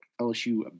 LSU